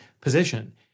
position